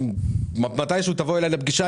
מתישהו תבוא אלי לפגישה,